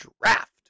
draft